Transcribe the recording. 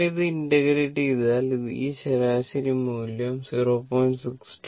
അങ്ങനെ ഇത് ഇന്റഗ്രേറ്റ് ചെയ്താൽ ഈ ശരാശരി മൂല്യം 0